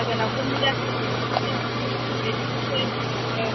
फिसा गोनांफोरनि दा बिदिनोसै बिदिनोसै औ